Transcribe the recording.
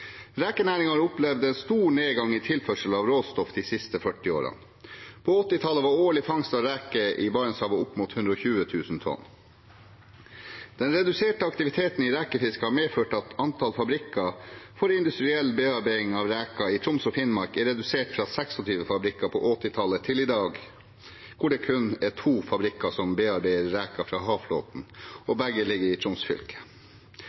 har opplevd en stor nedgang i tilførsel av råstoff de siste 40 årene. På 1980-tallet var årlig fangst av reker i Barentshavet opp mot 120 000 tonn. Den reduserte aktiviteten i rekefisket har medført at antallet fabrikker for industriell bearbeiding av reker i Troms og Finnmark er redusert fra 26 fabrikker på 1980-tallet til i dag kun 2 fabrikker som bearbeider reker fra havflåten i dag, og begge ligger i Troms fylke.